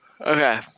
Okay